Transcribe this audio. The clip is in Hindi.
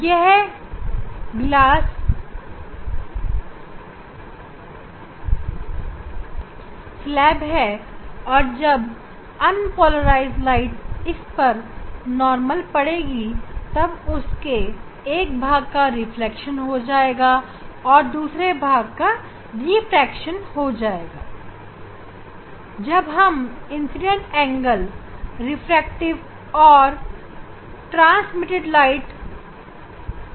यह कांच की पटिया है और जब अन्पोलराइज्ड प्रकाश इस पर नॉर्मल पड़ेगी तब उसके एक भाग का रिफ्लेक्शन और दूसरे भाग का रिफ्रैक्शन हो जाएगा इस इंसीडेंट एंगल के लिए दोनों रिफ्लेक्टिव और ट्रांसमिटेड प्रकाश अन्पोलराइज्ड है